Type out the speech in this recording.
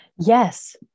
Yes